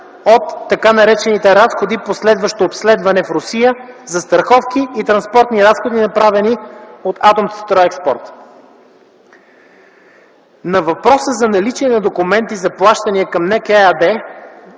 от така наречените „разходи по следващо обследване” в Русия, застраховки и транспортни разходи, направени от „Атомстройекспорт”. На въпроса за наличие на документи за плащания към НЕК ЕАД